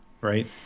right